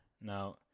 Now